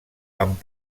amb